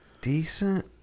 decent